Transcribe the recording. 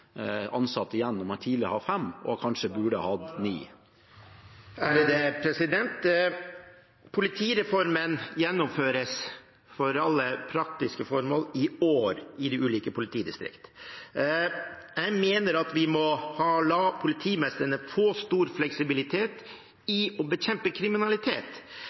tidligere hadde fem og kanskje burde hatt ni? Politireformen gjennomføres for alle praktiske formål i år i de ulike politidistriktene. Jeg mener at vi må la politimestrene få stor fleksibilitet i å bekjempe kriminalitet.